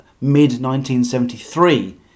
mid-1973